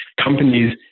companies